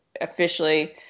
officially